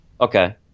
Okay